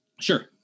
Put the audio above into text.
sure